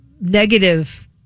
negative